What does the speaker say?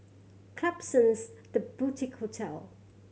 Klapsons The Boutique Hotel